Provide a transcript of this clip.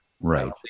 Right